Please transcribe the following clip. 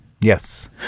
Yes